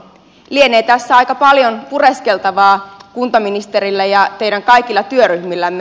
lienee tässä aika paljon pureskeltavaa kuntaministerille ja teidän kaikille työryhmillenne